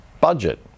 budget